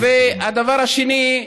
והדבר השני,